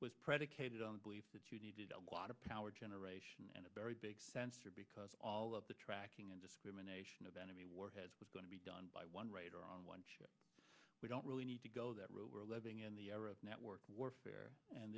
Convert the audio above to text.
was predicated on the belief that you needed a lot of power generation and a very big sensor because all of the tracking and discrimination of enemy warheads was going to be done by one radar on one show we don't really need to go that route we're living in the era of network warfare and